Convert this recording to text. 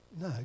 no